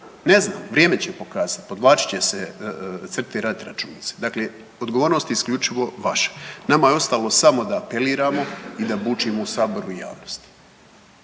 Ne znam, vrijeme će pokazati, podvlačit će se crte i radit računice. Dakle, odgovornost je isključivo vaša. Nama je ostalo samo da apeliramo i da bučimo u saboru i javnosti.